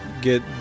get